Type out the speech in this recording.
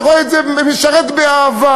שמשרת באהבה,